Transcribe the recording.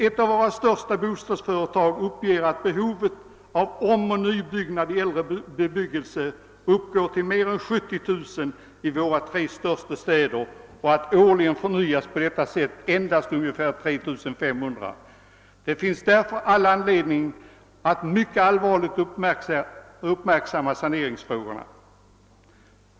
Ett av våra största bostadsföretag uppger att behovet av omoch nybyggnad i äldre bebyggelse uppgår till mer än 70 000 i våra tre största städer och att årligen endast ungefär 3 5000 lägenheter förnyas på detta sätt. Det finns därför all anledning att mycket allvarligt uppmärksamma saneringsfrågorna.